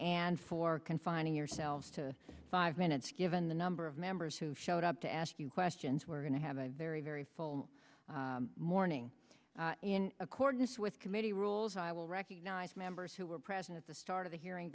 and for confining yourselves to five minutes given the number of members who showed up to ask you questions we're going to have a very very full morning in accordance with committee rules i will recognize members who were present at the start of the hearing